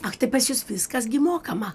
ak tai pas jus viskas gi mokama